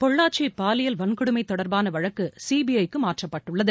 பொள்ளாச்சிபாலியல் வன்கொடுமைதொடர்பானவழக்குசிபிற க்குமாற்றப்பட்டுள்ளது